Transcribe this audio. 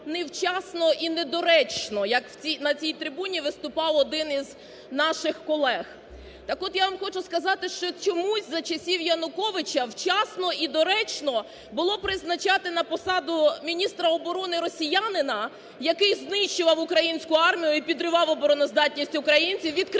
"невчасно" і "недоречно", як на цій трибуні виступав один із наших колег. Так от я вам хочу сказати, що чомусь за часів Януковича вчасно і доречно було призначати на посаду міністра оборони росіянина, який знищував українську армію і підривав обороноздатність українців, відкриваючи